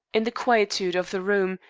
in the quietude of the room,